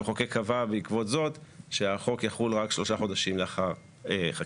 המחוקק קבע בעקבות זאת שהחוק יחול רק שלושה חודשים לאחר חקיקתו